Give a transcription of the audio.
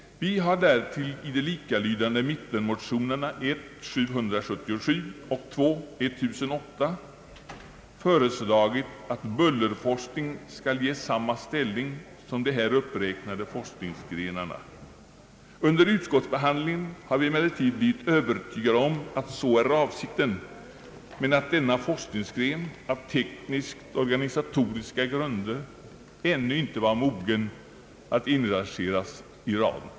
Vi har därtill i de likalydande mittenmotionerna I: 777 och II: 1008 föreslagit, att bullerforskning skall ges samma ställning som de här uppräknade forskningsgrenarna. Under utskottsbehandlingen har vi emellertid blivit övertygade om att så är avsikten, men att denna forskningsgren av tekniskt-organisatoriska grunder ännu inte var mogen att inrangeras i raden.